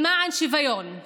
למען שוויון,